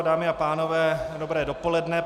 Dámy a pánové, dobré dopoledne.